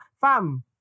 Fam